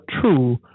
true